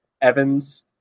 Evan's